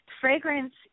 fragrance